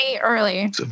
early